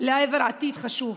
לעבר עתיד חשוך.